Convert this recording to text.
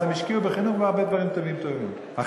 אז הן השקיעו בחינוך ובהרבה דברים טובים אחרים.